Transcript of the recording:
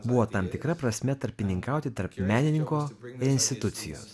buvo tam tikra prasme tarpininkauti tarp menininko ir institucijos